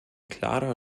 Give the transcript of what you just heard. klarer